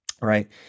Right